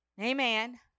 Amen